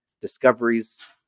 Discoveries